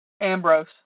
Ambrose